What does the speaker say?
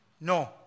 No